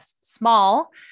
small